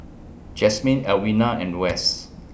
Jasmyne Alwina and West